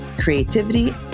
creativity